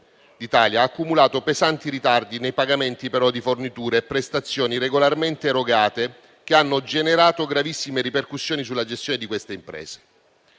d'Italia ha però accumulato pesanti ritardi nei pagamenti di forniture e prestazioni regolarmente erogate che hanno generato gravissime ripercussioni sulla gestione di quelle imprese.